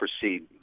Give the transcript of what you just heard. proceed